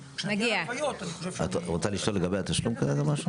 את רוצה לשאול משהו לגבי התשלום, כרגע?